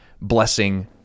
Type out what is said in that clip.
blessing